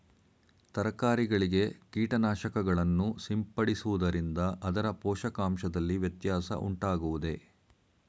ತರಕಾರಿಗಳಿಗೆ ಕೀಟನಾಶಕಗಳನ್ನು ಸಿಂಪಡಿಸುವುದರಿಂದ ಅದರ ಪೋಷಕಾಂಶದಲ್ಲಿ ವ್ಯತ್ಯಾಸ ಉಂಟಾಗುವುದೇ?